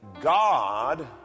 God